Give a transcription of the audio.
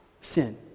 sin